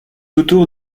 autour